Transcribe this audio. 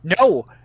No